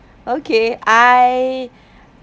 okay I